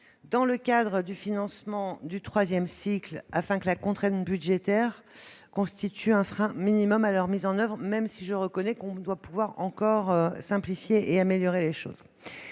dans le cadre du financement du troisième cycle, afin que la contrainte budgétaire constitue un frein minimal à leur mise en oeuvre. Je reconnais néanmoins que l'on doit pouvoir encore simplifier et améliorer les choses.